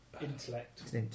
intellect